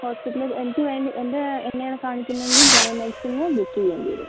hospital എനിക്ക് വേണ്ടി എൻ്റെ എന്നെയാണ് കാണിക്കുന്നതെങ്കിൽ ജനറൽ മെഡിസിനിൽ ബുക്ക് ചെയ്യേണ്ടി വരും